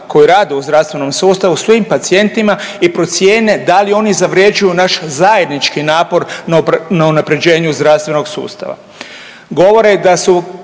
koji rade u zdravstvenom sustavu, svim pacijentima i procijene da li oni zavređuju naš zajednički napor na unapređenju zdravstvenog sustava. Govore da su